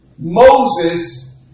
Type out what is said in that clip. Moses